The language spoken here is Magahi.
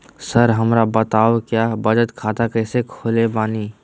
सर हमरा बताओ क्या बचत खाता कैसे खोले बानी?